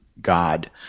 God